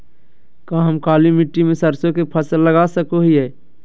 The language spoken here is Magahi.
का हम काली मिट्टी में सरसों के फसल लगा सको हीयय?